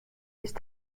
ist